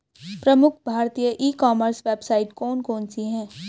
प्रमुख भारतीय e commerce website कौन कौन सी हैं?